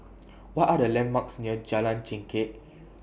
What Are The landmarks near Jalan Chengkek